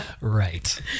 Right